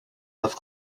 have